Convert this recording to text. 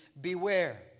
beware